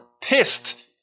pissed